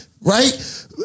Right